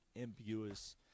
ambiguous